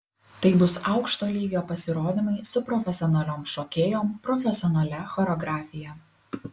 tai bus aukšto lygio pasirodymai su profesionaliom šokėjom profesionalia choreografija